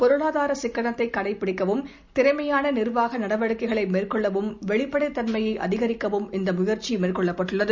பொருளாதார சிக்கனத்தைக் கடைபிடிக்கவும் திறமையான நிர்வாக நடவடிக்கைகளை மேற்கொள்ளவும் வெளிப்படைத்தன்மையை அதிகரிக்கவும் இந்த முயற்சி மேற்கொள்ளப்பட்டுள்ளது